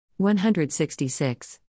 166